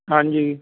ਹਾਂਜੀ